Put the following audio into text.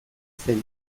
zen